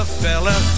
fella